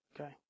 Okay